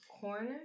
corner